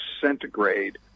centigrade